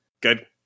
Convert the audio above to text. good